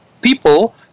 people